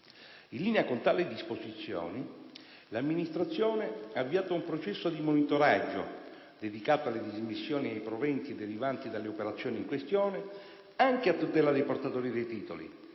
In linea con tali disposizioni, l'amministrazione ha avviato un processo di monitoraggio dedicato alle dismissioni e ai proventi derivanti dalle operazioni in questione, anche a tutela dei portatori dei titoli,